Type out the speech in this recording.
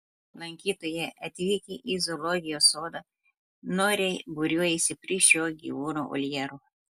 lankytojai atvykę į zoologijos sodą noriai būriuojasi prie šio gyvūno voljero